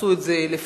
עשו את זה לפנינו.